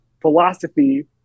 philosophy